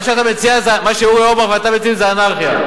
מה שאורי אורבך ואתה מציעים זה אנרכיה.